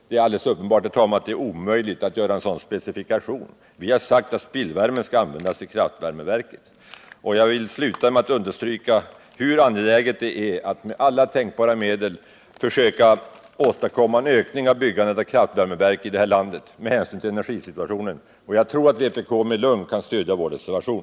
Men det är uppenbart, herr talman, att det är alldeles omöjligt att göra en sådan specifikation. Vi har sagt att spillvärme skall användas i kraftvärmeverket. Jag vill sluta med att understryka hur angeläget det är med hänsyn till energisituationen att med alla tänkbara medel försöka åstadkomma en ökning av byggandet av kraftvärmeverk i landet. Jag tror att vpk med lugn kan stödja vår reservation.